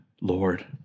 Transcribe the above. Lord